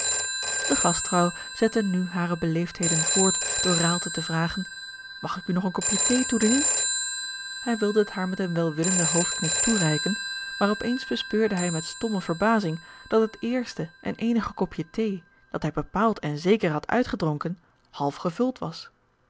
de gastvrouw zette nu hare beleefdheden voort door raalte te vragen mag ik u nog een kopje thee toedienen hij wilde het haar met een welwillenden hoofdknik toereiken maar op eens bespeurde hij met stomme verbazing dat het eerste en eenige kopje thee dat hij bepaald en zeker had uitgedronken half gevuld was